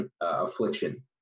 affliction